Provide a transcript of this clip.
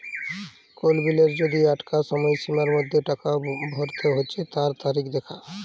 কোল বিলের যদি আঁকটা সময়সীমার মধ্যে টাকা ভরতে হচ্যে তার তারিখ দ্যাখা